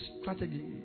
strategy